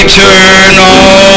Eternal